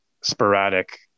sporadic